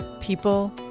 People